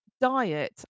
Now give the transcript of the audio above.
diet